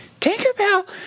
Tinkerbell